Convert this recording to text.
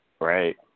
Right